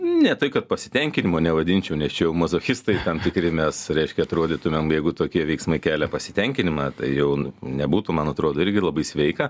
ne tai kad pasitenkinimo nevadinčiau nes čia jau mazochistai tam tikri mes reiškia atrodytumėm jeigu tokie veiksmai kelia pasitenkinimą tai jau nebūtų man atrodo irgi labai sveika